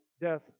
death